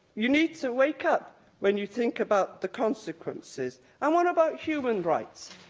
you need to wake up when you think about the consequences. and what about human rights?